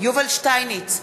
יובל שטייניץ,